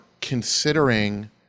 considering